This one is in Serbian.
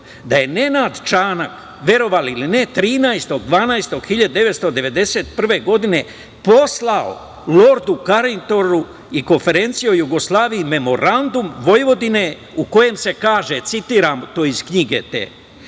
da je Nenad Čanak, verovali ili ne, 13. 12. 1991. godine poslao lordu Karingtonu i konferenciji o Jugoslaviji memorandum Vojvodine u kojem se kaže: "Budućnost Vojvodine